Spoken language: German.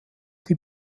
die